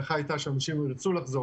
יהיו אנשים שלא יוכלו לחזור